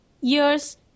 years